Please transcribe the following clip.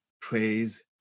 Praise